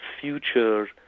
future